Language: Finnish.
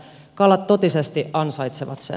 kalat totisesti ansaitsevat sen